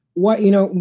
what you know,